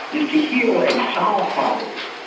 is to heal and solve problems.